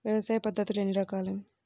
వ్యవసాయ పద్ధతులు ఎన్ని రకాలు?